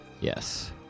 Yes